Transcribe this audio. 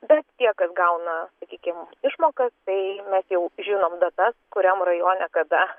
bet tie kas gauna sakykim išmokas tai mes jau žinom datas kuriam rajone kada